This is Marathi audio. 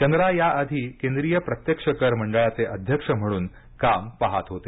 चंद्रा या आधी केंद्रिय प्रत्यक्ष कर मंडळाचे अध्यक्ष म्हणून काम पहात होते